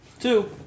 Two